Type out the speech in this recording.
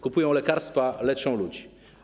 Kupują lekarstwa, leczą ludzi.